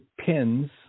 pins